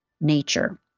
nature